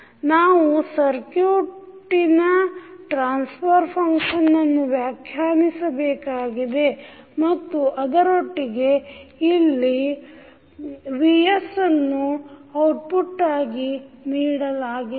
ನಾವು ಸರ್ಕ್ಯೂಟಿನ transfer function ಅನ್ನು ವ್ಯಾಖ್ಯಾನಿಸಿ ಬೇಕಾಗಿದೆ ಮತ್ತು ಅದರೊಟ್ಟಿಗೆ ಇಲ್ಲಿ vs ಅನ್ನು ಇನ್ಪುಟ್ಟಾಗಿ ನೀಡಲಾಗಿದೆ